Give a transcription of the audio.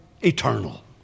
eternal